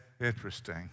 interesting